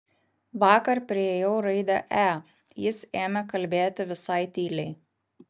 vakar priėjau raidę e jis ėmė kalbėti visai tyliai